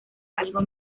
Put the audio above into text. algo